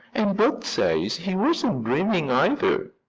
and bert says he wasn't dreaming either.